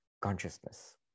consciousness